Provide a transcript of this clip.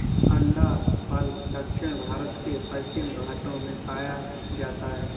अंडाफल दक्षिण भारत के पश्चिमी घाटों में पाया जाता है